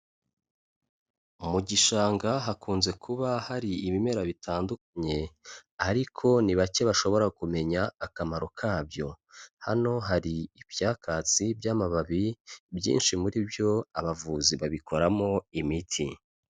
Mu gishanga hakunze kuba hari ibimera bitandukanye, ariko ni bake bashobora kumenya akamaro kabyo. Hano hari ibyakatsi by'amababi, byinshi muri byo abavuzi babikoramo imiti.